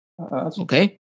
Okay